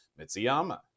Mitsuyama